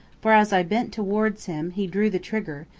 for as i bent towards him he drew the trigger,